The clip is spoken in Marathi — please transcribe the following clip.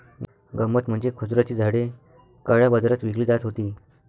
गंमत म्हणजे खजुराची झाडे काळ्या बाजारात विकली जात होती